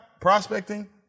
prospecting